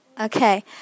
Okay